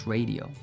Radio